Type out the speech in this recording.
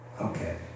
Okay